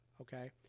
okay